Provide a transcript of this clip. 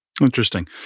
Interesting